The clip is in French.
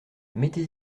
mettez